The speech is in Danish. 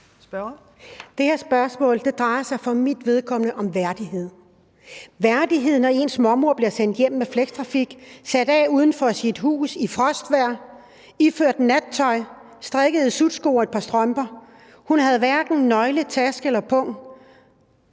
Det her spørgsmål drejer sig for mit vedkommende om værdighed – værdighed, når ens mormor bliver sendt hjem med Flextrafik og sat af uden for sit hus i frostvejr iført nattøj, strikkede sutsko og et par strømper. Hun havde hverken nøgle, taske eller pung.